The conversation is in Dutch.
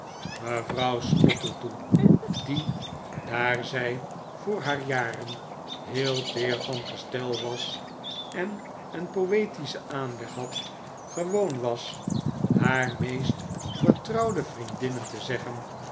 mevrouw spottletoe die daar zij voor haar jarfen heel teer van gestel was en een poetischen aanleg had gewoon was haar meest vertrouwde vriendinnen te zeggen